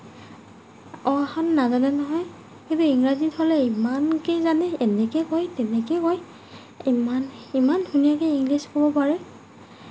অ আ খন নাজানে নহয় কিন্তু ইংৰাজী হ'লে ইমানকৈ জানে এনেকৈ কয় তেনেকৈ কয় ইমান ইমান ধুনীয়াকৈ ইংলিছ ক'ব পাৰে